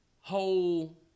whole